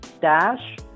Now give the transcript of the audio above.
dash